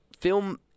film